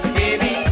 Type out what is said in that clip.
baby